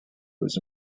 was